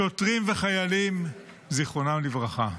שוטרים וחיילים, זיכרונם לברכה.